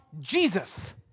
Jesus